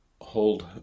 hold